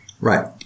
Right